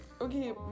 okay